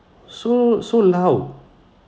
so so loud